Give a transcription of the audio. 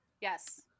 Yes